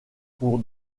pour